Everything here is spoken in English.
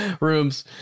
rooms